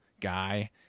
guy